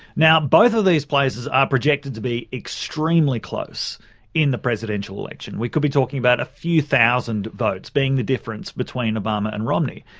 now both of these places are ah projected to be extremely close in the presidential election. we could be talking about a few thousand votes being the difference between obama and romney.